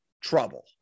trouble